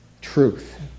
truth